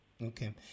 Okay